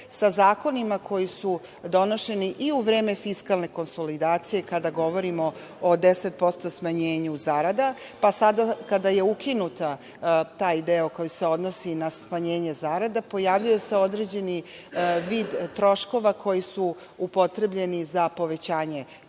sa zakonima koji su doneti i u vreme fiskalne konsolidacije, kada govorimo o 10% smanjenja zarada, pa sada kada je ukinut taj deo koji se odnosi na smanjenje zarada, pojavljuje se određeni vid troškova koji su upotrebljeni za povećanje